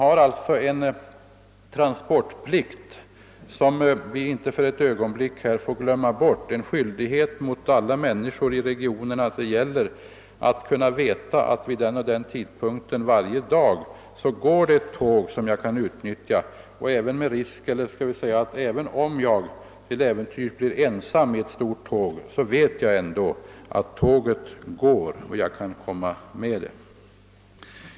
Den transportplikt som SJ har får vi inte för ett ögonblick glömma bort. AI la människor i de regioner det gäller skall kunna veta att vid den och den tidpunkten går det varje dag ett tåg som de kan utnyttja. Även om man till äventyrs blir ensam på hela tåget vet man att det ändå går.